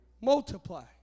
multiply